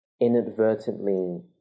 inadvertently